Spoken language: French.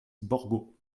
borgo